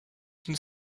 une